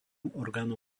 orgánu